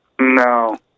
no